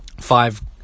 five